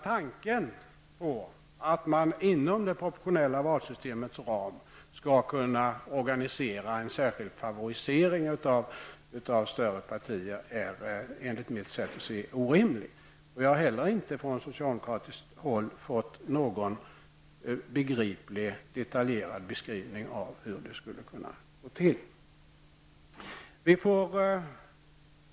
Tanken på att man inom det proportionella valsystemets ram skall kunna organisera en särskild favorisering av större partier är enligt mitt sätt att se orimlig. Jag har inte heller fått någon begriplig detaljerad beskrivning från socialdemokraterna av hur det skulle kunna gå till.